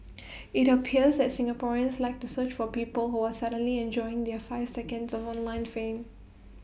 IT appears that Singaporeans like to search for people who are suddenly enjoying their five seconds of unlined fame